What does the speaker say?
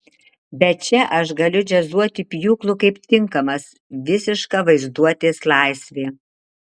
bet čia aš galiu džiazuoti pjūklu kaip tinkamas visiška vaizduotės laisvė